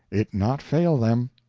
it not fail them.